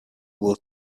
will